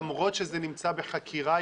למרות שזה נמצא בחקירה,